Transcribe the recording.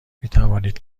میتوانید